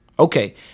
Okay